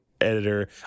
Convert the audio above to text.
editor